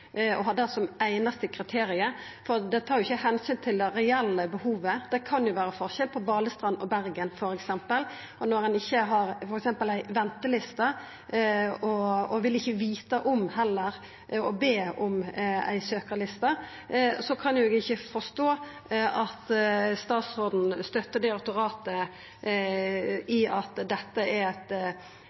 det einaste kriteriet, for det tar jo ikkje omsyn til det reelle behovet. Det kan f.eks. vera forskjell på Balestrand og Bergen, og når ein ikkje har f.eks. ei venteliste og heller ikkje vil vita om og be om ei søkarliste, kan eg ikkje forstå at statsråden støttar direktoratet i at dette er eit